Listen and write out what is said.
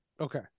Okay